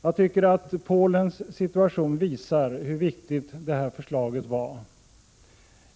Jag tycker att Polens situation visar hur viktigt det förslaget är.